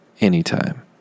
Anytime